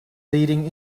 leading